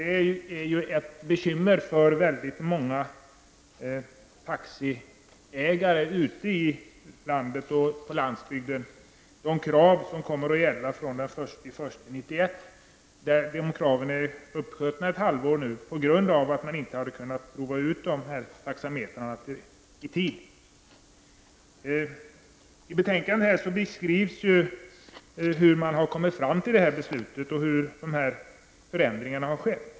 De krav som kommer att gälla från den 1 januari 1991 kommer att medföra bekymmer för många taxiägare ute i landet. Kraven sköts upp ett halvår eftersom man inte hade kunnat prova ut taxametrarna i tid. I betänkandet beskrivs hur man har kommit fram till beslutet och hur förändringarna har skett.